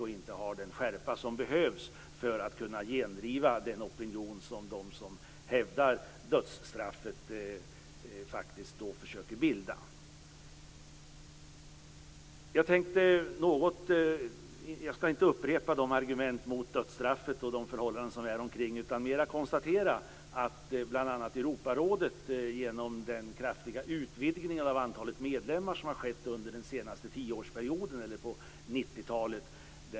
De har inte den skärpa som behövs för att kunna gendriva den opinion som de som hävdar dödsstraffet faktiskt försöker bilda. Jag skall inte upprepa argumenten mot dödsstraffet och förhållandena kring detta, utan mera konstatera att det bl.a. har skett en kraftig utvidgning av antalet medlemmar i Europarådet under 90-talet.